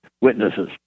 Witnesses